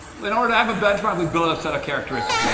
in order to have a benchmark, we built a set of characteristics.